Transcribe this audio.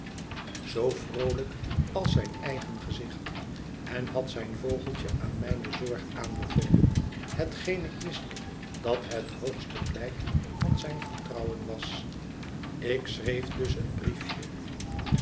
zoo vroolijk als zijn eigen gezicht en had zijn vogeltje aan mijne zorg aanbevolen hetgeen ik wist dat het hoogste blijk van zijn vertrouwen was ik schreef dus een briefje